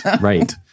right